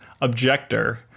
objector